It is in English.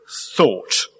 thought